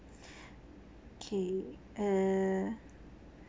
okay uh